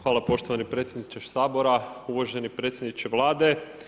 Hvala poštovani predsjedniče Sabora, uvaženi predsjedniče Vlade.